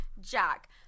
Jack